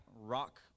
rock